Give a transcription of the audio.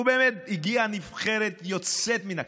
ובאמת, הגיעה נבחרת יוצאת מהכלל,